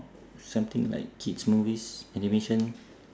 something like kids' movies animation